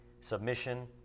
submission